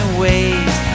ways